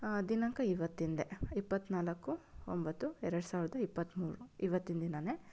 ದಿನಾಂಕ ಇವತ್ತಿನದೇ ಇಪ್ಪತ್ತನಾಲ್ಕು ಒಂಬತ್ತು ಎರಡು ಸಾವಿರದ ಇಪ್ಪತ್ತ್ಮೂರು ಇವತ್ತಿನ ದಿನವೇ